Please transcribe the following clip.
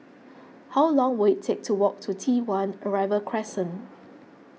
how long will it take to walk to T one Arrival Crescent